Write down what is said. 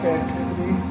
activity